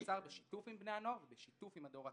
נוצר בשיתוף עם בני הנוער, בשיתוף עם הדור הצעיר.